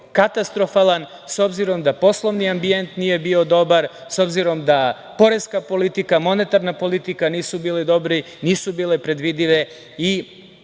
katastrofalan, obzirom da poslovni ambijent nije bio dobar, obzirom da poreska politika, monetarna politika nisu bile dobre, nisu bile predvidive.